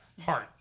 Heart